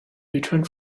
returned